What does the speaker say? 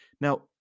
Now